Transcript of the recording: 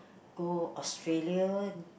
go Australia